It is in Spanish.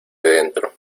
dentro